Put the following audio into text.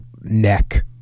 neck